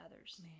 others